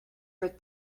for